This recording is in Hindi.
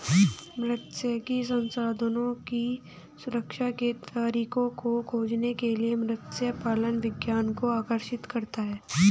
मात्स्यिकी संसाधनों की रक्षा के तरीकों को खोजने के लिए मत्स्य पालन विज्ञान को आकर्षित करता है